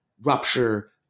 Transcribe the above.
rupture